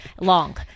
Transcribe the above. long